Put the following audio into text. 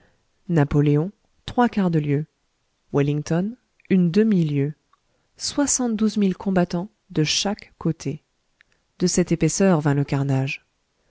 napoléon trois quarts de lieue wellington une demi-lieue soixante-douze mille combattants de chaque côté de cette épaisseur vint le carnage